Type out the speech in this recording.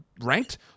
ranked